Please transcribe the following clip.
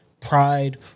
pride